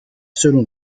selon